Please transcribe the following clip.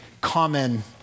common